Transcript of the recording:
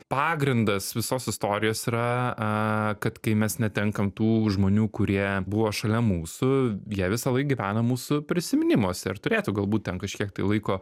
pagrindas visos istorijos yra kad kai mes netenkam tų žmonių kurie buvo šalia mūsų jie visąlaik gyvena mūsų prisiminimuose ir turėtų galbūt ten kažkiek tai laiko